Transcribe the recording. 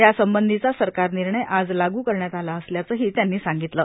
यासंबंधीचा सरकार निर्णय आज लागू करण्यात आला असल्याचंही त्यांनी सांगितलं